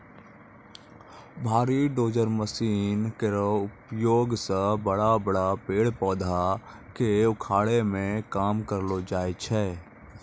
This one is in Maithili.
भारी डोजर मसीन केरो उपयोग सें बड़ा बड़ा पेड़ पौधा क उखाड़े के काम करलो जाय छै